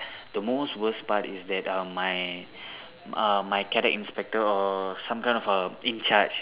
the most worst part is that um my uh my cadet inspector or some kind of a in charge